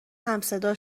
همصدا